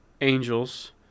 angels